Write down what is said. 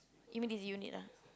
immediately you need ah